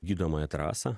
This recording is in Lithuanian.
gydomąja trasą